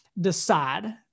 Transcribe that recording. decide